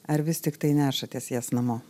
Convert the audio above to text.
ar vis tiktai nešatės jas namo